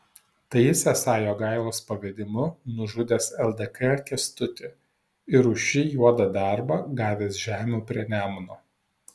tai jis esą jogailos pavedimu nužudęs ldk kęstutį ir už šį juodą darbą gavęs žemių prie nemuno